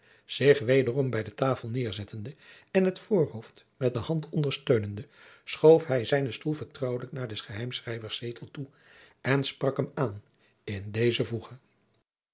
zich wederom bij de tafel nederzettende en het voorhoofd met de hand ondersteunende schoof hij zijjacob van lennep de pleegzoon nen stoel vertrouwelijk naar des geheimschrijvers zetel toe en sprak hem aan in dezer voege